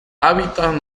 hábitats